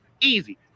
easy